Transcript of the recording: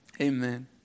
Amen